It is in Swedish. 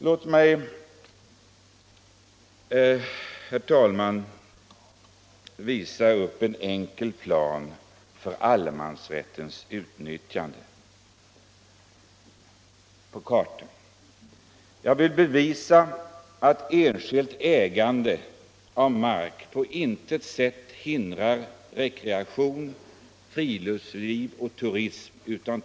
Jag visar nu på TV-skärmen en enkel plan för allemansrättens utnyttjande. Jag vill med den ange hur mark i enskild ägo på intet sätt hindrar rekreation, friluftsliv och turism.